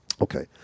Okay